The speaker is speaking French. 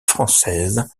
française